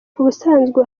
ubusanzwe